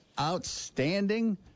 outstanding